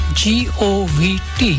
govt